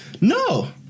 No